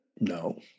no